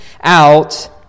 out